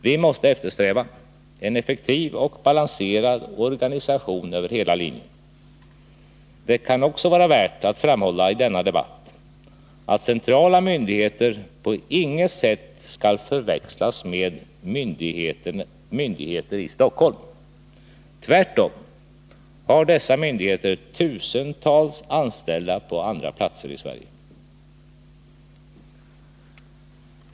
Vi måste eftersträva en effektiv och balanserad organisation över hela linjen. Det kan också vara värt att framhålla i denna debatt att centrala myndigheter på inget sätt skall förväxlas med myndigheter i Stockholm. Tvärtom har dessa myndigheter tusentals anställda på andra platser i Sverige.